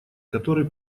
который